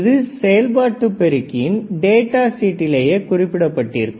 இது செயல்பாட்டு பெருக்கியின் டேட்டா ஷீட்டிலேயே குறிப்பிடப்பட்டிருக்கும்